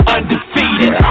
Undefeated